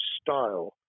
style